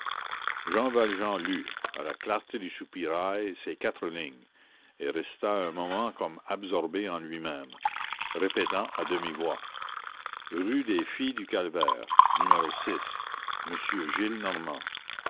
jean valjean lut à la clarté du soupirail ces quatre lignes et resta un moment comme absorbé en lui-même répétant à demi-voix rue des filles du calvaire numéro six monsieur